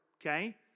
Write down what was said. Okay